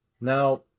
now